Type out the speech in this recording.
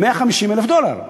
150,000 דולר,